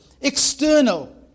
External